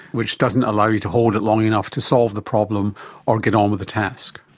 which doesn't allow you to hold it long enough to solve the problem or get on with the task.